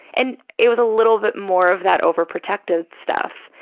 and it was a little bit more of that overprotective stuff.